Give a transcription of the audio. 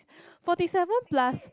forty seven plus